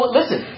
listen